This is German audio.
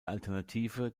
alternative